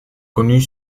connu